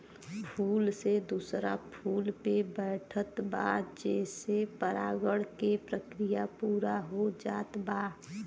फूल से दूसरा फूल पे बैठत बा जेसे परागण के प्रक्रिया पूरा हो जात बा